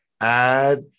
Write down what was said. add